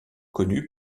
connues